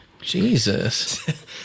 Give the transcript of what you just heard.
Jesus